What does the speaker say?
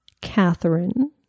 Catherine